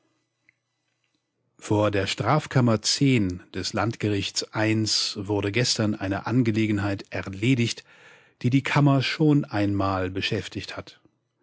vor der strafkammer des landgerichts i wurde gestern eine angelegenheit erledigt die die kammer schon einmal beschäftigt hat